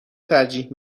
ترجیح